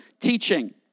teaching